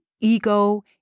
ego